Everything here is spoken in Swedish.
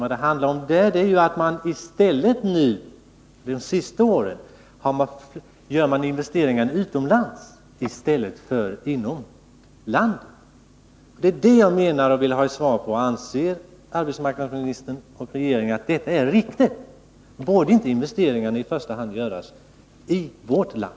Vad det handlar om där är att man de senaste åren gjort investeringarna utomlands i stället för inom landet. Anser arbetsmarknadsministern och regeringen att det är riktigt? Bör inte investeringarna i första hand göras i vårt land?